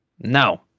No